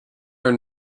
are